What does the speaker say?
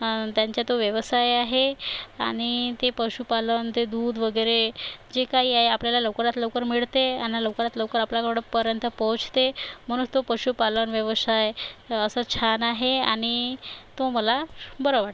त्यांचा तो व्यवसाय आहे आणि ते पशुपालन ते दूध वगैरे जे काही आहे आपल्याला लवकरात लवकर मिळते आणि लवकरात लवकर आपल्या रोडपर्यंत पोहोचते म्हणूनच तो पशुपालन व्यवसाय असं छान आहे आणि तो मला बरा वाटतो